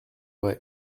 ray